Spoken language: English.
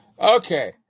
Okay